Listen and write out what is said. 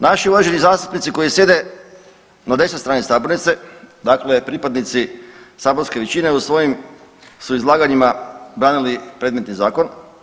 Naši uvaženi zastupnici koji sjede na desnoj strani sabornice, dakle pripadnici saborske većine u svojim su izlaganjima branili predmetni zakon.